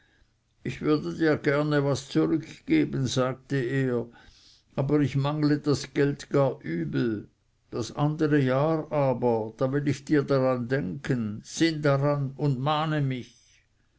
ich würde dir gerne was zurückgeben sagte er aber ich mangle das geld gar übel das andere jahr aber da will ich dir daran denken sinn daran und mahne mich